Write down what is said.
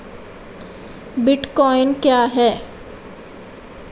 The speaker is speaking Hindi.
बिटकॉइन क्या है?